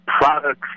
products